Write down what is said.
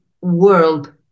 world